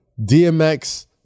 dmx